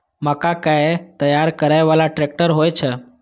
मक्का कै तैयार करै बाला ट्रेक्टर होय छै?